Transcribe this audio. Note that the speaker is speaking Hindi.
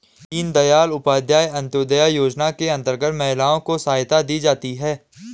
दीनदयाल उपाध्याय अंतोदय योजना के अंतर्गत महिलाओं को सहायता दी जाती है